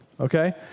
okay